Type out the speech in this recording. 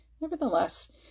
Nevertheless